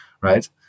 right